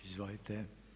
Izvolite.